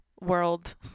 world